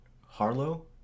Harlow